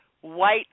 white